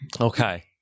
Okay